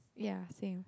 ya same